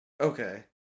Okay